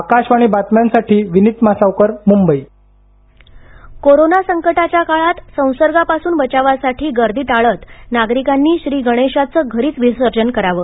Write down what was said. आकाशवाणी बातम्यांसाठी विनित मासावकर मुंबई लातूर कोरोना संकटाच्या काळात संसर्गापासून बचावासाठी गर्दी टाळत नागरिकांनी श्रीगणेशाचे घरीच विसर्जन करावे